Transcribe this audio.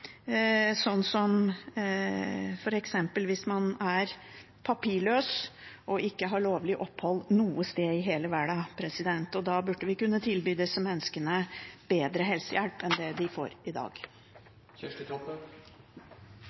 hvis man f.eks. er papirløs og ikke har lovlig opphold noe sted i hele verden. Da burde vi kunne tilby disse menneskene bedre helsehjelp enn det de får i dag.